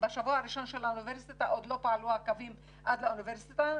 בשבוע הראשון של האוניברסיטה עוד לא פעלו הקווים עד לאוניברסיטה,